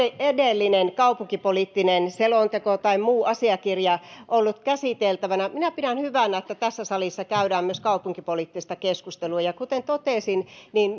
edellinen kaupunkipoliittinen selonteko tai muu asiakirja ollut käsiteltävänä minä pidän hyvänä että tässä salissa käydään myös kaupunkipoliittista keskustelua ja kuten totesin